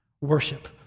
worship